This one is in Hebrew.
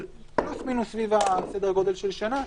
אבל פלוס מינוס סביב סדר גודל של שנה,